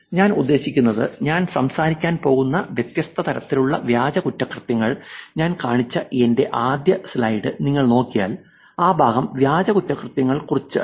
ഞാൻ ഉദ്ദേശിക്കുന്നത് ഞാൻ സംസാരിക്കാൻ പോകുന്ന വ്യത്യസ്ത തരത്തിലുള്ള വ്യാജ കുറ്റകൃത്യങ്ങൾ ഞാൻ കാണിച്ച എന്റെ ആദ്യ സ്ലൈഡ് നിങ്ങൾ നോക്കിയാൽ ആ ഭാഗം വ്യാജ കുറ്റകൃത്യങ്ങൾ കുറിച്ചായിരുന്നു